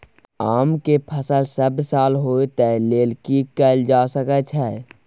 आम के फसल सब साल होय तै लेल की कैल जा सकै छै?